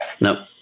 No